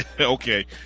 Okay